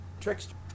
Trickster